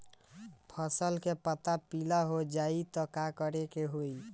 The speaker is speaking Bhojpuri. फसल के पत्ता पीला हो जाई त का करेके होई?